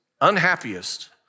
unhappiest